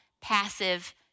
passive